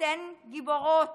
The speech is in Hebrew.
אתן גיבורות.